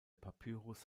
papyrus